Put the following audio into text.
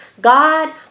god